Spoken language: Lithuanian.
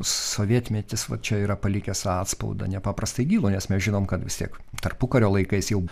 sovietmetis va čia yra palikęs atspaudą nepaprastai gyvą nes mes žinom kad vis tiek tarpukario laikais jau